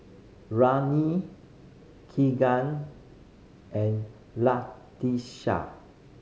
Keegan and Latisha